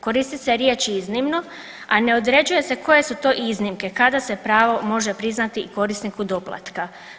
Koristi se riječ iznimno, a ne određuje se koje su to iznimke kada se pravo može priznati i korisniku doplatka.